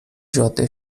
جاده